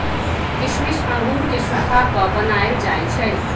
किशमिश अंगूर के सुखा कऽ बनाएल जाइ छइ